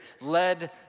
led